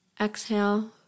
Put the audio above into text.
exhale